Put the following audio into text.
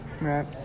Right